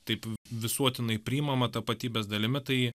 taip visuotinai priimama tapatybės dalimi tai